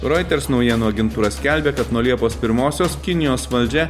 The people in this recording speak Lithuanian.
roiters naujienų agentūra skelbia kad nuo liepos pirmosios kinijos valdžia